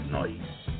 night